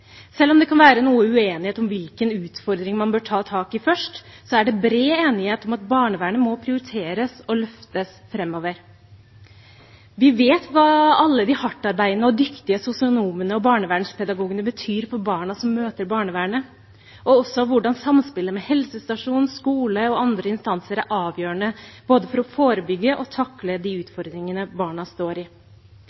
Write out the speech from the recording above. Selv om det kan være noe uenighet om hvilken utfordring man bør ta tak i først, er det bred enighet om at barnevernet må prioriteres og løftes framover. Vi vet hva alle de hardtarbeidende og dyktige sosionomene og barnevernspedagogene betyr for barna som møter barnevernet, og også hvordan samspillet med helsestasjoner, skoler og andre instanser er avgjørende for både å forebygge og å takle de